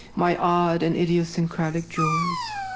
my odd and idiosyncratic joys.